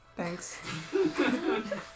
Thanks